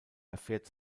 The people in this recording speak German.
erfährt